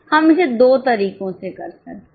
हम इसे दो तरीकों से कर सकते हैं